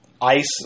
ice